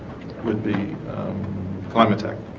would be climate tech